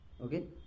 Okay